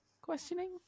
Questioning